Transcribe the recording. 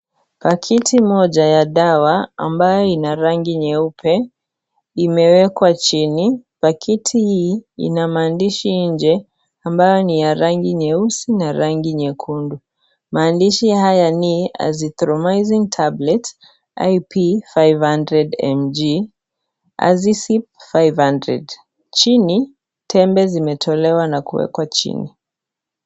Pakiti moja ya dawa ambayo ina rangi nyeupe imewekwa chini. Pakiti hii ina maandishi nje ambayo ni ya rangi nyeusi na rangi nyekundu. Maandishi haya ni Azithromycin Tablets IP 500mg AZICIP-500 . Chini, tembe zimetolewa na kuwekwa chini.